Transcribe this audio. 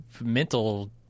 mental